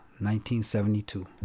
1972